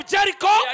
Jericho